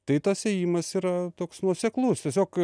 tai tas ėjimas yra toks nuoseklus tiesiog